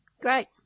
Great